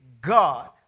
God